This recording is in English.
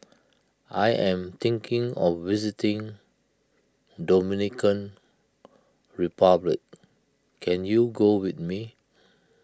I am thinking of visiting Dominican Republic can you go with me